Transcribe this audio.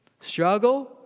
Struggle